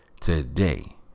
today